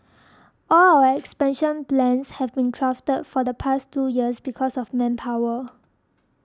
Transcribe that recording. all our expansion plans have been thwarted for the past two years because of manpower